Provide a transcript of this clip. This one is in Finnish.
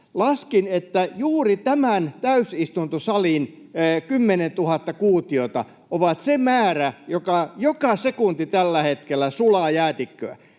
Laskin, että juuri tämän täysistuntosalin 10 000 kuutiota on se määrä, joka tällä hetkellä joka sekunti jäätikköä